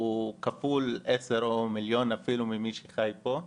הוא כפול עשר או מיליון אפילו ממי שחי פה.